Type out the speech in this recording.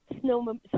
snow